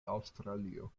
aŭstralio